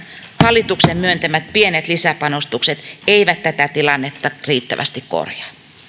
hallituksen myöntämät pienet lisäpanostukset eivät tätä tilannetta riittävästi korjaa